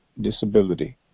disability